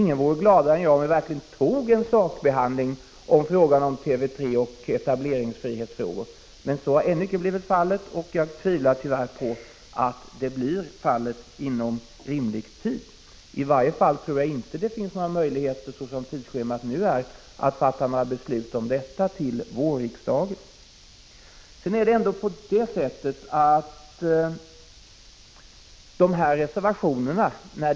Ingen vore gladare än jag om vi verkligen tog en sakbehandling av frågan om TV 3 och etableringsfrihetsfrågor. Men så har icke blivit fallet, och jag tvivlar på att något händer inom rimlig tid. I varje fall tror jag inte att det finns några möjligheter, såsom tidsschemat nu är, att fatta beslut om detta till vårriksdagen. Reservationerna i reklamfrågan gäller inte bara huruvida vi skall tillåta — Prot.